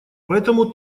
поэтому